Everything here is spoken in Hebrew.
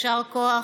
יישר כוח,